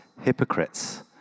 hypocrites